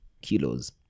kilos